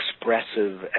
expressive